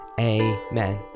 Amen